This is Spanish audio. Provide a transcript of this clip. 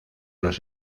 los